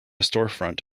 storefront